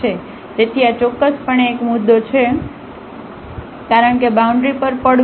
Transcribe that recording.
તેથી આ ચોક્કસપણે એક મુદ્દો છે કારણ કે બાઉન્ડ્રી પર પડવું